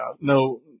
no